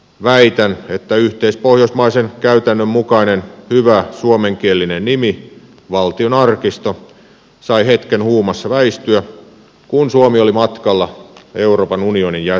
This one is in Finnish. väitän että yhteispohjoismaisen käytännön mukainen hyvä suomenkielinen nimi valtionarkisto sai hetken huumassa väistyä kun suomi oli matkalla euroopan unionin jäseneksi